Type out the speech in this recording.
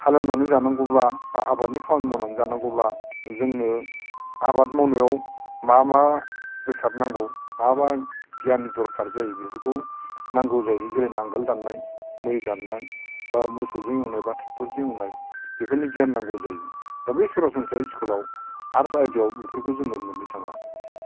हालएवनानै जानांगौब्ला बा हाबानि खामानि मावनानै जानांगौब्ला जोंनो आबाद मावनायाव मा मा बेसाद नांगौ मा मा गियाननि दरखार जायो बेफोरखौ नांगौ जायो जेरै नांगोल दाननाय मै दाननाय बा मोसौजों एवनाय बा ट्रेक्टरजों एवनाय बेफोरनि गियान नांगौ जायो दा बै सरासनस्रा स्कुलाव आर्ट्स आयदायाव बेफोरखौ जों मोननो थाङा